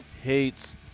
hates